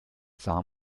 sah